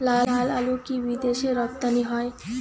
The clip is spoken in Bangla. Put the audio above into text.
লালআলু কি বিদেশে রপ্তানি হয়?